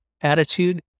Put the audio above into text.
attitude